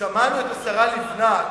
כששמענו את השרה לבנת,